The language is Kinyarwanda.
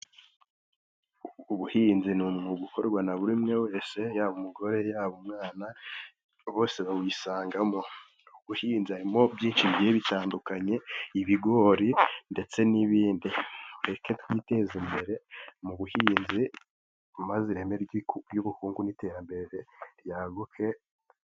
Ubuhinzi ni umwuga ukorwa na buri umwe wese, yaba umugore, yaba umwana, bose bawisangamo. Mu buhinzi harimo byinshi bitandukanye, ibigori ndetse n'ibindi. Mureke twiteze imbere mu buhinzi, maze ireme ry'ubukungu n'iterambere ryaguke.